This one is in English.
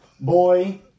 boy